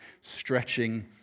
stretching